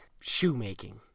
shoemaking